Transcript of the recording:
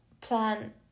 plan